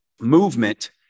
movement